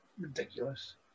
ridiculous